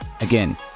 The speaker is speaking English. Again